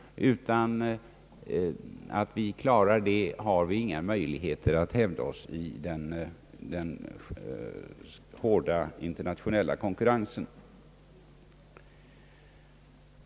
Om vi inte klarar dessa uppgifter har vi inga möjligheter att hävda oss i den hårda internationella konkurrensen.